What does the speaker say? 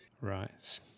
Right